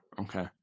Okay